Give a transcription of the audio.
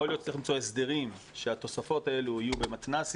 יכול להיות שצריך למצאו הסדרים שהתוספות האלה יהיו במתנ"סים,